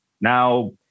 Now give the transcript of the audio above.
now